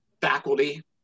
Faculty